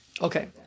Okay